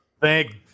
Thank